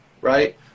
right